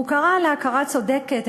והוא קרא ל"הכרה צודקת,